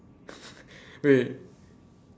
wait